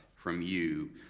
from you,